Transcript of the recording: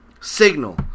signal